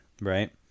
Right